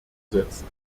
setzen